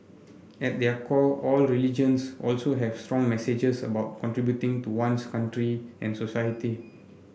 at their core all religions also have strong messages about contributing to one's country and society